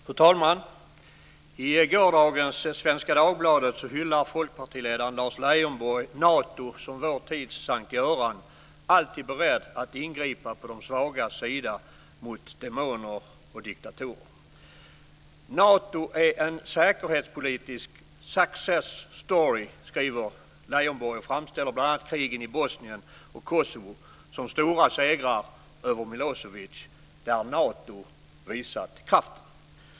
Fru talman! I gårdagens Svenska Dagbladet hyllade folkpartiledaren Lars Leijonborg Nato som vår tids S:t Göran, alltid beredd att ingripa på de svagas sida mot demoner och diktatorer. "Nato är en säkerhetspolitisk success story", skriver Leijonborg och framställer bl.a. krigen i Bosnien och Kosovo som stora segrar över Milosevic, där Nato visat kraften.